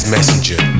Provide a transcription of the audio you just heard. Messenger